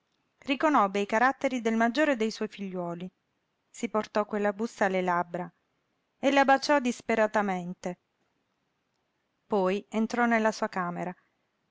riconobbe i caratteri del maggiore dei suoi figliuoli si portò quella busta alle labbra e la baciò disperatamente poi entrò nella sua camera